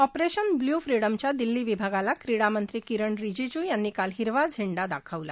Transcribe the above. operation blue फ्रीडमच्या दिल्ली विभागाला क्रीडामंत्री किरन रिजीजू यांनी काल हिरवा झेंडा दाखवला